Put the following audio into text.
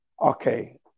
Okay